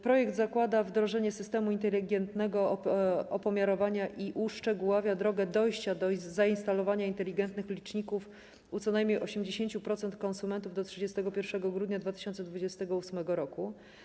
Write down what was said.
Projekt zakłada wdrożenie systemu inteligentnego opomiarowania i uszczegóławia drogę dojścia do zainstalowania inteligentnych liczników u co najmniej 80% konsumentów do 31 grudnia 2028 r.